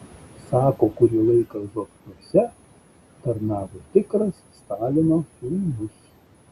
sako kurį laiką zokniuose tarnavo tikras stalino sūnus